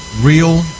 real